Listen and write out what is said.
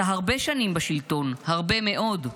אתה הרבה שנים בשלטון, הרבה מאוד,